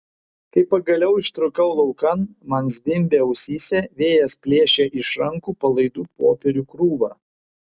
kai pagaliau ištrūkau laukan man zvimbė ausyse vėjas plėšė iš rankų palaidų popierių krūvą